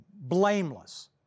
blameless